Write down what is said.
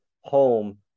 home